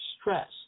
stress